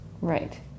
Right